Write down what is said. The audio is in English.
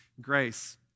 grace